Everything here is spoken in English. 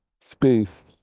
space